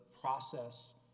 process